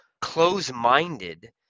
close-minded